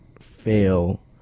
fail